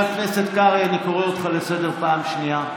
חבר הכנסת קרעי, אני קורא אותך לסדר פעם שנייה.